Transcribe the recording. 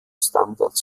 standards